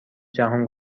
جهان